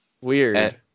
Weird